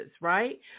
right